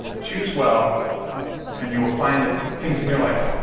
choose well and you will find that things in your life